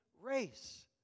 race